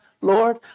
Lord